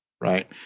right